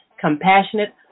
compassionate